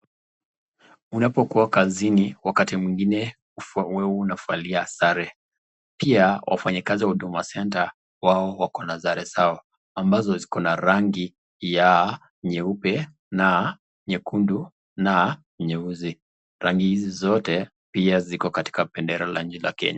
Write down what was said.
Unapokuwa kazini wakati mwingine uwe unavalia sare pia wafanyakazi wa huduma center wao wako na sare sawa ambazo ziko na rangi ya nyeupe na nyekundu na nyeusi rangi hizi zote pia ziko katika bendera la nchi ya Kenya.